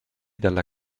dalla